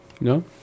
No